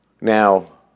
Now